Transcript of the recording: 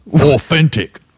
authentic